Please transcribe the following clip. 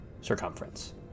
circumference